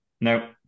no